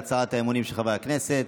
נעבור להצהרת האמונים של חברי הכנסת.